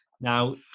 Now